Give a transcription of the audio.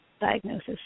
diagnosis